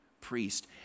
priest